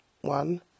one